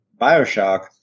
Bioshock